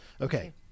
okay